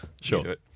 Sure